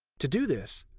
to do this,